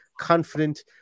confident